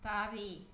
தாவி